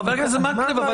חה"כ מקלב,